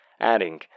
adding